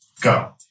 Go